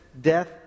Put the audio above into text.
death